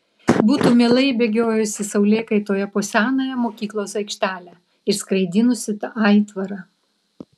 būtų mielai bėgiojusi saulėkaitoje po senąją mokyklos aikštelę ir skraidinusi tą aitvarą